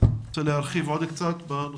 רוצה להרחיב עוד קצת בנושא?